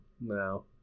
No